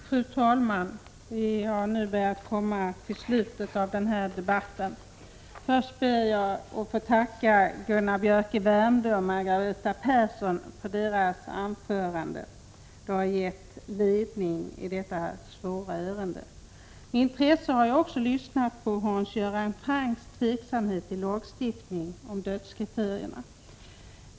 Fru talman! Vi börjar nu komma till slutet av denna debatt. Först ber jag att få tacka Gunnar Biörck i Värmdö och Margareta Persson för deras anföranden. Det har gett ledning i detta svåra ärende. Med intresse har jag också lyssnat till Hans Göran Francks anförande, där han talar om sin tveksamhet i fråga om lagstiftning om dödskriterierna.